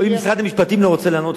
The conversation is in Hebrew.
אם משרד המשפטים לא רוצה לענות,